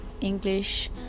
english